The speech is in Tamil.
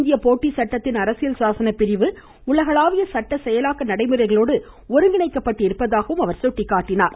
இந்திய போட்டி சட்டத்தின் அரசியல் சாசன பிரிவு உலகளாவிய சட்ட செயலாக்க நடைமுறைகளோடு ஒருங்கிணைக்கப்பட்டிருப்பதாகவும் அவர் சுட்டிக்காட்டினார்